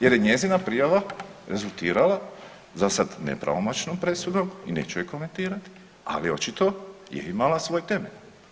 Jer je njezina prijava rezultirala zasad nepravomoćnom presudom i neću je komentirati, ali očito je imala svoj temelj.